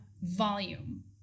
volume